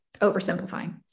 oversimplifying